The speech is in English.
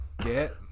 Get